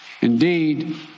Indeed